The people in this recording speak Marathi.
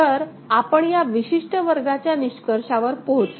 तर आपण या विशिष्ट वर्गाच्या निष्कर्षावर पोहोचू